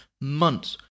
months